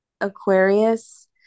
Aquarius